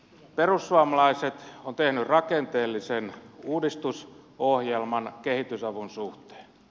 perussuomalaiset on tehnyt rakenteellisen uudistusohjelman kehitysavun suhteen